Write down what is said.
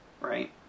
right